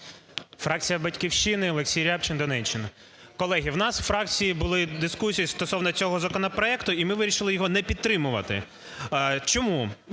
Фракція "Батьківщина", Олексій Рябчин, Донеччина. Колеги, у нас у фракції були дискусії стосовно цього законопроекту і ми вирішили його не підтримувати. Чому?